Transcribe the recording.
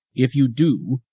if you do,